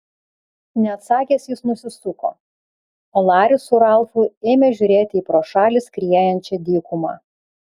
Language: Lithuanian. neatsakęs jis nusisuko o laris su ralfu ėmė žiūrėti į pro šalį skriejančią dykumą